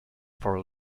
for